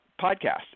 podcast